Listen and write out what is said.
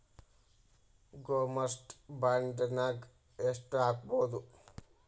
Government ಬಾಂಡ್ನಾಗ್ ಯೆಷ್ಟ್ ಹಾಕ್ಬೊದು?